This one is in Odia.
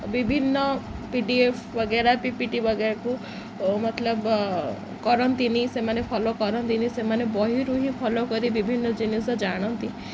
ବିଭିନ୍ନ ପି ଡ଼ି ଏଫ୍ ବଗେରା ପି ପି ଟି କୁ ମତଲବ କରନ୍ତିନି ସେମାନେ ଫଲୋ କରନ୍ତିନି ସେମାନେ ବହିରୁ ହିଁ ଫଲୋ କରି ବିଭିନ୍ନ ଜିନିଷ ଜାଣନ୍ତି